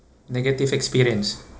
negative experience